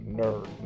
nerd